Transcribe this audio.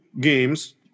games